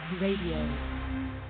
Radio